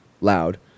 loud